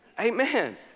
Amen